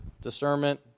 discernment